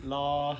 lor